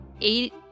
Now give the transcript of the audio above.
eight-